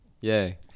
Yay